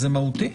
זה מהותי.